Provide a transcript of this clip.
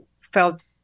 felt